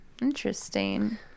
Interesting